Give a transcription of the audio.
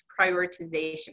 prioritization